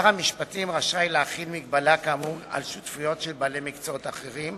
שר המשפטים רשאי להחיל הגבלה כאמור על שותפויות של בעלי מקצוע אחרים,